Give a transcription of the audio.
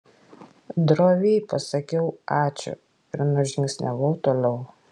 droviai pasakiau ačiū ir nužingsniavau toliau